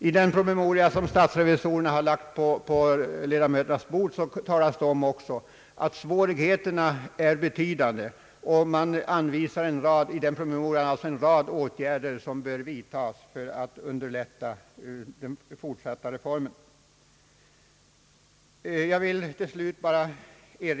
I den promemoria som statsrevisorerna lagt på ledamöternas bord talas det också om att svårigheterna är betydan de. Man anvisar i promemorian en rad åtgärder för underlättande av det fortsatta reformarbetet.